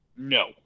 No